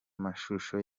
mashusho